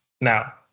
now